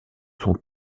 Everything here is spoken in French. sont